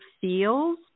feels